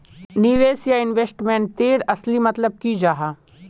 निवेश या इन्वेस्टमेंट तेर असली मतलब की जाहा?